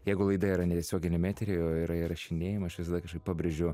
jeigu laida yra ne tiesioginiame etery o yra įrašinėjima aš visada kažkaip pabrėžiu